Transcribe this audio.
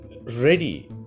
ready